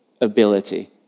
ability